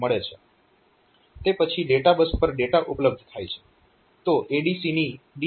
તે પછી ડેટાબસ પર ડેટા ઉપલબ્ધ થાય છે